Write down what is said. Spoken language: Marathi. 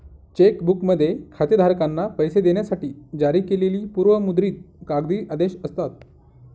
चेक बुकमध्ये खातेधारकांना पैसे देण्यासाठी जारी केलेली पूर्व मुद्रित कागदी आदेश असतात